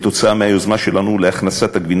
כתוצאה מהיוזמה שלנו להכנסת הגבינה